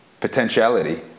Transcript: potentiality